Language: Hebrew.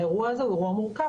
האירוע הזה הוא אירוע מורכב.